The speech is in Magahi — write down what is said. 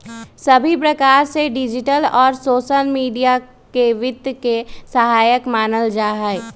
सभी प्रकार से डिजिटल और सोसल मीडिया के वित्त के सहायक मानल जाहई